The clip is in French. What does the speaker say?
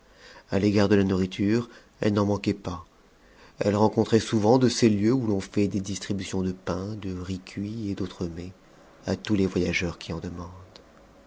a l'égard de la nourriture elles n'en manquaient pas elles rencontraient souvent de ces lieux où l'on fait des distributions de pain de riz cuit et d'autres mets à tous les voyageurs qui en demandent